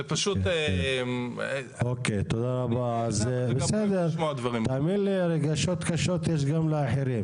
זה פשוט --- תאמין לי, רגשות קשים יש גם לאחרים.